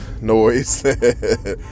noise